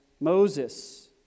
Moses